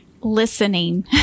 Listening